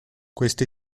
questo